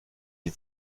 die